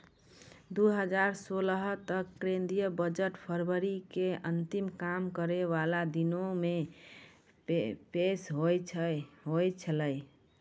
दु हजार सोलह तक केंद्रीय बजट फरवरी के अंतिम काम करै बाला दिनो मे पेश होय छलै